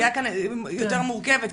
הסוגיה כאן יותר מורכבת,